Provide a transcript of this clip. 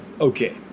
Okay